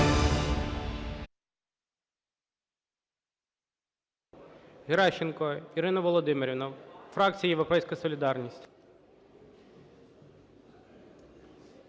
Геращенко Ірина Володимирівна, фракція "Європейська солідарність".